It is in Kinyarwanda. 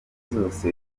zose